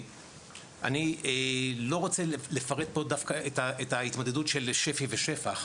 אני לא רוצה לפרט פה דווקא את ההתמודדות של שפ"י ושפ"ח,